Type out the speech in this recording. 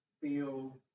feel